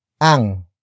ang